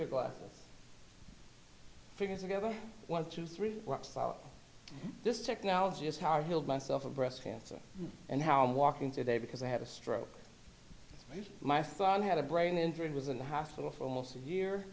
your glasses figures together one two three blocks out this technology is how i feel myself a breast cancer and how i'm walking today because i had a stroke my son had a brain injury and was in the hospital for almost a year